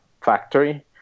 factory